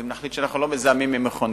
ואם נחליט שאנחנו לא מזהמים עם מכוניות,